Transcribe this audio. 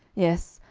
yes,